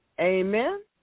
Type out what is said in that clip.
Amen